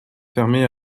fermée